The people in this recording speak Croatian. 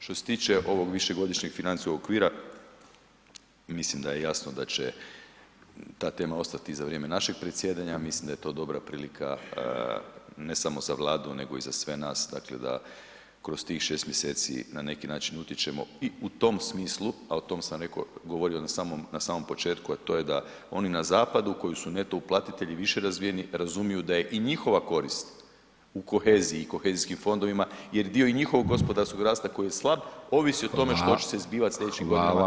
Što se tiče ovog višegodišnjeg financijskog okvira, mislim da je jasno da će ta tema ostati i za vrijeme našeg predsjedanja, mislim da je to dobra prilika ne samo za Vladu, nego i za sve nas, dakle da kroz tih 6. mjeseci na neki način utječemo i u tom smislu, a o tom sam rekao, govorio na samom, na samom početku a to je da oni na zapadu koji su neto uplatitelji više razumiju da je i njihova korist u koheziji i kohezijskim fondovima jer dio i njihovog gospodarskog rasta koji je slab ovisi o tome što će se zbivat [[Upadica: Hvala vam.]] slijedećih godina sa kohezijom.